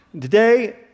Today